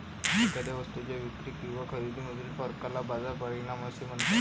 एखाद्या वस्तूच्या विक्री किंवा खरेदीमधील फरकाला बाजार परिणाम म्हणतात